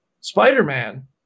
Spider-Man